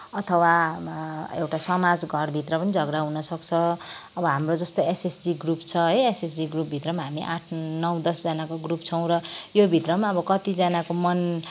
अथवा एउटा समाज घरभित्र पनि झगडा हुनसक्छ अब हाम्रो जस्तो एसएचजी ग्रुप छ है एसएचजी ग्रुपभित्र पनि हामी आठ नौ दसजनाको ग्रुप छौँ र यो भित्र पनि अब कत्तिजनाको मन